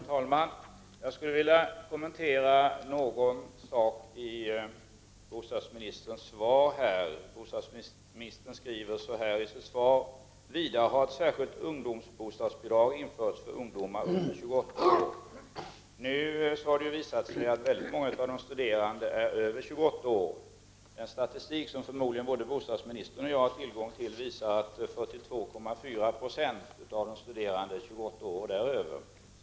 Herr talman! Jag skulle vilja kommentera en sak i bostadsministerns svar. Bostadsministern skriver så här i sitt svar: ”Vidare har ett särskilt ungdomsbostadsbidrag införts för ungdomar under 28 år.” Nu har det visat sig att väldigt många av de studerande är över 28 år. En statistik som förmodligen både bostadsministern och jag har tillgång till visar att 42,4 20 av de studerande är 28 år och däröver.